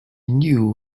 knew